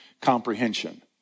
comprehension